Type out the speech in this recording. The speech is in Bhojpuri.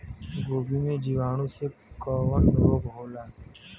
गोभी में जीवाणु से कवन रोग होला?